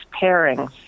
pairings